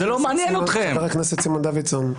חבר הכנסת סימון דוידסון,